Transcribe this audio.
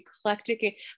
eclectic